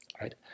Right